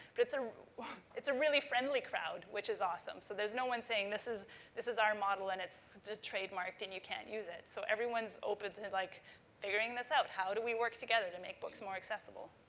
but it's ah it's a really friendly crowd, which is awesome. so, there's no one saying, this is this is our model and it's trademarked and you can't use it. so, everyone's open to, and like figuring this out, how do we work together to make books more accessible?